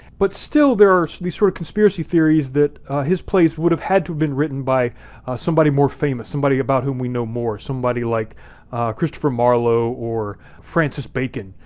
but still there are these sort of conspiracy theories that his plays would have had to have been written by somebody more famous, somebody about whom we know more, somebody like christopher marlowe or francis bacon,